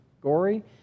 gory